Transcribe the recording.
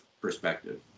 perspective